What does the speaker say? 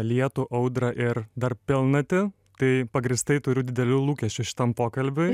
lietų audrą ir dar pilnatį tai pagrįstai turiu didelių lūkesčių šitam pokalbiui